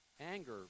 Anger